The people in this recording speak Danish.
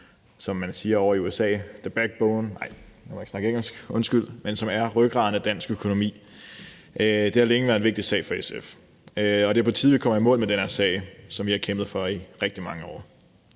som man siger ovre i USA, the back bone – nej, jeg må ikke snakke engelsk, undskyld – rygraden i dansk økonomi. Det har længe været en vigtig sag for SF, og det er på tide, vi kommer i mål med den her sag, som vi har kæmpet for i rigtig mange år.